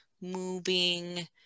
moving